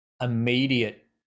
immediate